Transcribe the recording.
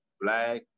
black